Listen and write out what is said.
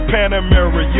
Panamera